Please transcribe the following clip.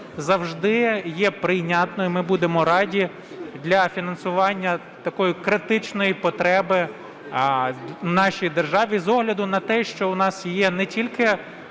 завжди є прийнятною. Ми будемо раді для фінансування такої критичної потреби в нашій державі з огляду на те, що в нас є не тільки